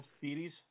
series